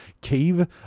cave